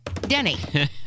Denny